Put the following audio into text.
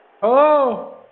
hello